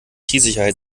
sicherheit